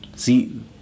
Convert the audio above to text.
See